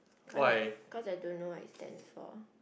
because because I don't know what is stand for